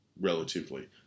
relatively